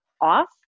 off